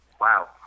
Wow